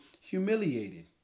humiliated